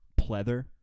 pleather